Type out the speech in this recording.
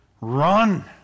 run